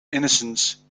innocence